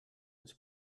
its